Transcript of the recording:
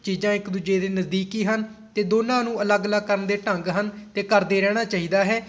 ਚੀਜ਼ਾਂ ਇੱਕ ਦੂਜੇ ਦੇ ਨਜ਼ਦੀਕ ਹੀ ਹਨ ਅਤੇ ਦੋਨਾਂ ਨੂੰ ਅਲੱਗ ਅਲੱਗ ਕਰਨ ਦੇ ਢੰਗ ਹਨ ਅਤੇ ਕਰਦੇ ਰਹਿਣਾ ਚਾਹੀਦਾ ਹੈ